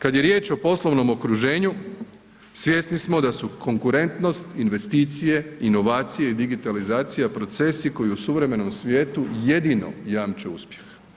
Kad je riječ o poslovnom okruženju, svjesni smo da konkurentnost, investicije, inovacije i digitalizacija procesi koji u suvremenom svijetu jedino jamče uspjeh.